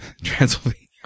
Transylvania